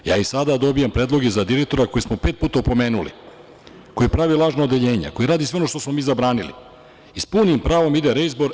Ja i sada dobijam predloge za direktora koje smo pet puta opomenuli, koji pravi lažna odeljenja i radi sve ono što smo mi zabranili i s punim pravom ide reizbor.